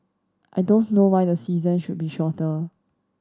I don't know why the season should be shorter